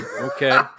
okay